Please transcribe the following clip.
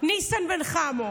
ניסן בן חמו,